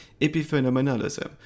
epiphenomenalism